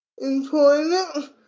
employment